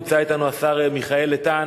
נמצאים אתנו השר מיכאל איתן,